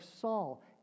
Saul